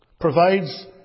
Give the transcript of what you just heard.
provides